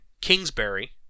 Kingsbury